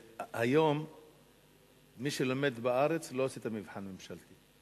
היום מי שלומד בארץ לא עושה את המבחן הממשלתי,